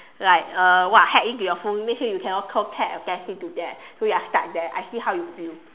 like uh what hack in to your phone make sure you cannot call Pat or Cassie to there so you are stuck there I see how you feel